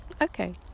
okay